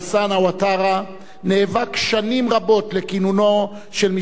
נאבק שנים רבות לכינונו של משטר דמוקרטי בארצו,